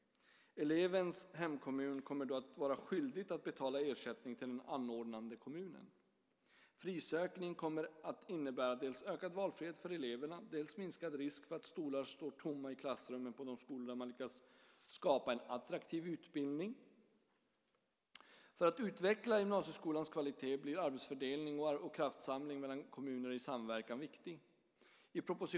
Elevens hemkommun kommer då att vara skyldig att betala ersättning till den anordnande kommunen. Frisökning kommer att innebära dels ökad valfrihet för eleverna, dels minskad risk för att stolar står tomma i klassrummen på de skolor där man lyckats skapa en attraktiv utbildning. För att utveckla gymnasieskolans kvalitet blir arbetsfördelning och kraftsamling mellan kommuner i samverkan viktig.